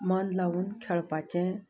मन लावून खेळपाचें